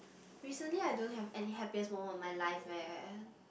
recently I don't have any happiest moment of my life eh